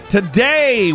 Today